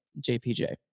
JPJ